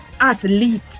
athlete